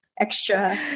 extra